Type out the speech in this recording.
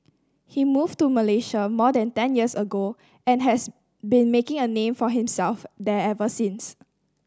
he moved to Malaysia more than ten years ago and has been making a name for himself there ever since